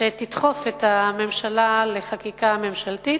שתדחוף את הממשלה לחקיקה ממשלתית,